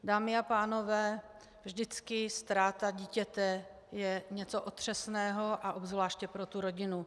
Dámy a pánové, vždycky ztráta dítěte je něco otřesného a obzvláště pro tu rodinu.